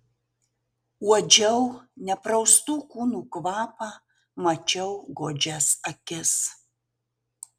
uodžiau nepraustų kūnų kvapą mačiau godžias akis